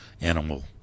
animal